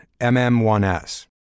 MM1S